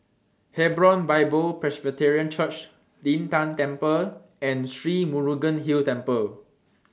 Hebron Bible Presbyterian Church Lin Tan Temple and Sri Murugan Hill Temple